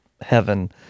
heaven